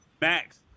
Max